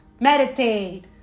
Meditate